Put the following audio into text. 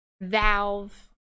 Valve